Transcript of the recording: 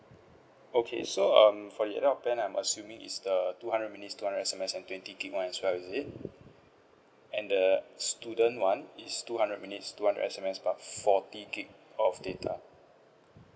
okay so um for the adult plan I'm assuming is the two hundred minute two hundred S_M_S and twenty gigabyte as well is it and the student one is two hundred minutes two hundred S_M_S but forty gigabyte of data